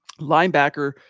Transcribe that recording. linebacker